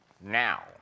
now